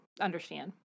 understand